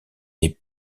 n’est